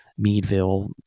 Meadville